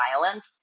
violence